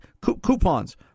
Coupons